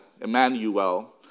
Emmanuel